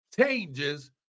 changes